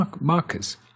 markers